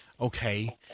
Okay